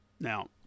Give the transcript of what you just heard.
Now